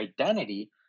identity